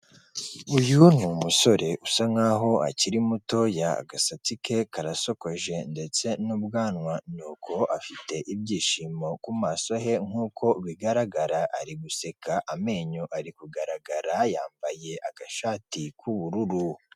Uyu ni umusore usa nkaho akiri mutoya, agasatsi ke karasokoje ndetse n'ubwanwa. Nuko afite ibyishimo ku maso he nkuko bigaragara, ari guseka amenyo ari kugaragara yambaye agashati k'ubururu.